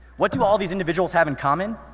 what do all these individuals have in common?